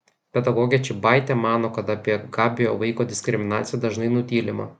pedagogė čybaitė mano kad apie gabiojo vaiko diskriminaciją dažnai nutylima